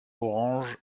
orange